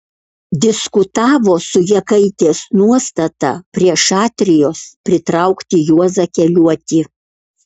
diskutavo su jakaitės nuostata prie šatrijos pritraukti juozą keliuotį